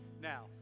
now